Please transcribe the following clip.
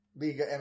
Liga